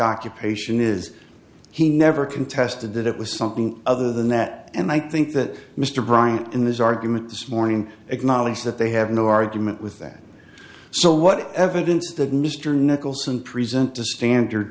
occupation is he never contested that it was something other than that and i think that mr bryant in this argument this morning acknowledged that they have no argument with that so what evidence that mr nicholson present to standard